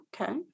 Okay